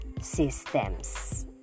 systems